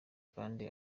kandi